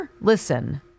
Listen